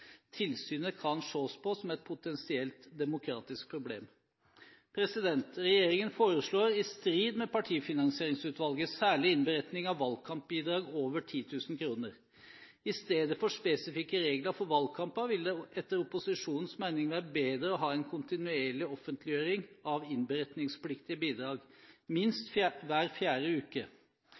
Tilsynet kan ses på som et potensielt demokratisk problem. Regjeringen foreslår, i strid med Partifinansieringsutvalget, særlig innberetning av valgkampbidrag over 10 000 kr. I stedet for spesifikke regler for valgkamper vil det etter opposisjonens mening være bedre å ha en kontinuerlig offentliggjøring av innberetningspliktige bidrag, minst hver fjerde uke.